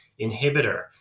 inhibitor